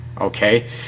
okay